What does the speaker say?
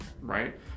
right